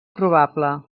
probable